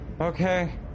Okay